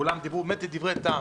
כולם דיברו דברי טעם.